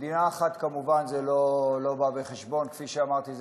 מדינה אחת כמובן לא באה בחשבון, כפי שאמרתי,